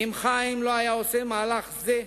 אם חיים לא היה עושה מהלך זה,